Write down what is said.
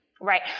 Right